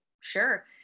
sure